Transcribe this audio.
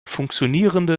funktionierende